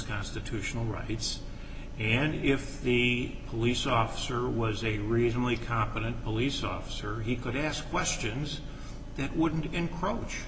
constitutional rights and if the police officer was a reasonably competent police officer he could ask questions that wouldn't enc